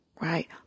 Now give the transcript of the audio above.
Right